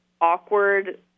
awkward